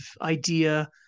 idea